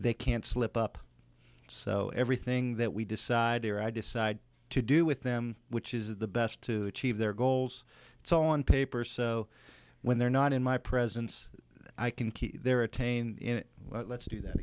they can slip up so everything that we decide or i decide to do with them which is the best to achieve their goals it's on paper so when they're not in my presence i can keep their attain in let's do that